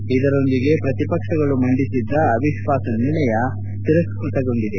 ಮತ್ತು ಇದರೊಂದಿಗೆ ಪ್ರತಿಪಕ್ಷಗಳು ಮಂಡಿಸಿದ್ದ ಅವಿಶ್ವಾಸ ನಿರ್ಣಯ ತಿರಸ್ಕೃತಗೊಂಡಿದೆ